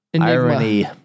irony